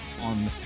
on